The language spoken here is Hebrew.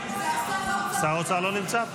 שר האוצר לא נמצא.